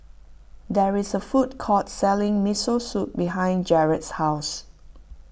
there is a food court selling Miso Soup behind Gerald's house